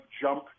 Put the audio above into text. jump